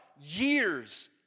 years